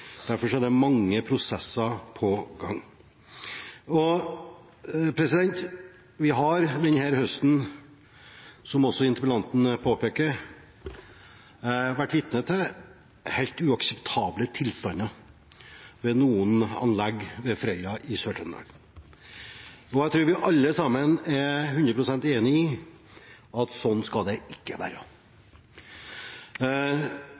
Derfor er det mange prosesser på gang. Vi har denne høsten, som interpellanten påpeker, vært vitne til helt uakseptable tilstander ved noen anlegg ved Frøya i Sør-Trøndelag. Jeg tror vi alle er 100 pst. enig i at sånn skal det ikke være.